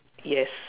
yes